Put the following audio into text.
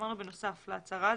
אמרנו בנוסף להצהרה.